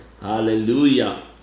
Hallelujah